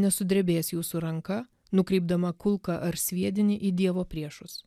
nesudrebės jūsų ranka nukreipdama kulką ar sviedinį į dievo priešus